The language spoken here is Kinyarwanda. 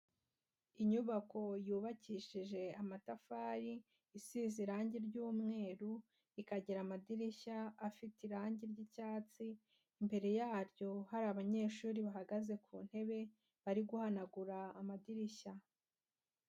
Inyubako yubakishije amatafari isize irangi ry'umweru, ikagira amadirishya afite irangi ry'icyatsi, imbere yaryo hari abanyeshuri bahagaze ku ntebe bari guhanagura amadirishya.